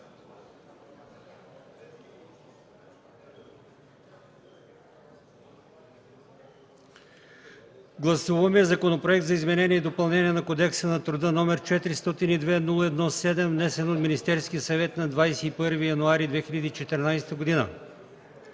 Гласуваме Законопроект за изменение и допълнение на Кодекса на труда, № 402-01-7, внесен от Министерския съвет на 21 януари 2014 г.